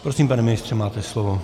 Prosím, pane ministře, máte slovo.